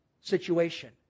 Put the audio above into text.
situation